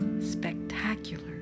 spectacular